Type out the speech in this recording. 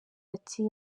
ati